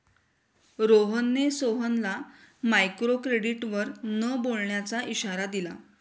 रोहनने सोहनला मायक्रोक्रेडिटवर न बोलण्याचा इशारा दिला